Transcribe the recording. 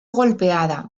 golpeada